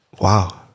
Wow